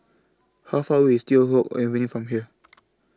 How Far away IS Teow Hock Avenue from here